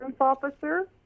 officer